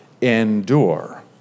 endure